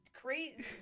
crazy